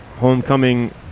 homecoming